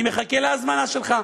אני מחכה להזמנה שלך.